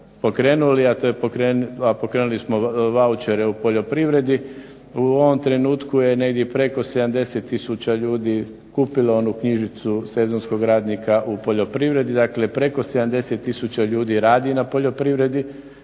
pokrenuli, a to je pokrenuli smo vaučere u poljoprivredi. U ovom trenutku je negdje preko 70 tisuća ljudi kupilo onu knjižicu sezonskog radnika u poljoprivredi. Dakle, preko 70 tisuća ljudi radi na poljoprivredi,